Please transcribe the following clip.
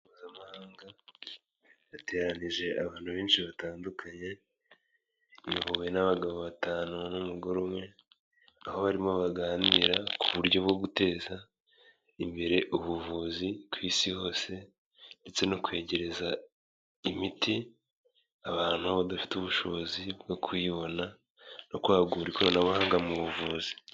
Impuzamahanga yateranije abantu benshi batandukanye, iyobowe n'abagabo batanu n'umugore umwe, aho barimo baganira ku buryo bwo guteza imbere ubuvuzi ku isi hose, ndetse no kwegereza imiti abantu badafite ubushobozi bwo kuyibona, no kwagura ikoranabuhanga mu buvuzi.